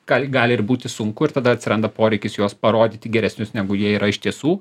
gal gali būti sunku ir tada atsiranda poreikis juos parodyti geresnius negu jie yra iš tiesų